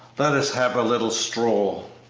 let us have a little stroll.